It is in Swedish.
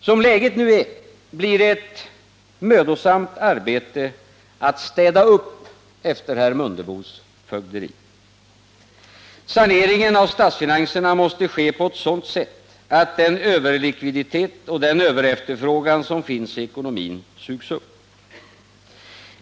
Som läget nu är blir det ett mödosamt arbete att städa upp efter herr Mundebos fögderi. Saneringen av statsfinanserna måste ske på ett sådant sätt att den överlikviditet och den överefterfrågan som finns i ekonomin sugs upp.